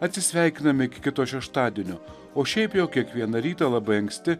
atsisveikiname iki kito šeštadienio o šiaip jau kiekvieną rytą labai anksti